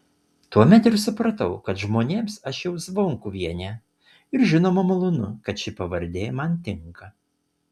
tuomet ir supratau kad žmonėms aš jau zvonkuvienė ir žinoma malonu kad ši pavardė man tinka